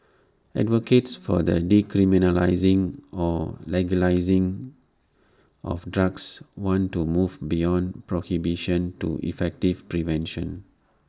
advocates for the decriminalising or legalising of drugs want to move beyond prohibition to effective prevention